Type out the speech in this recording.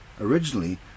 originally